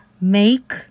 make